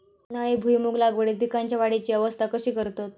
उन्हाळी भुईमूग लागवडीत पीकांच्या वाढीची अवस्था कशी करतत?